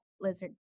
lizard